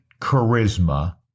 charisma